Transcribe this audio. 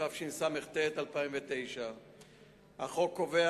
התשס"ט 2009. החוק קובע,